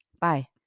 Bye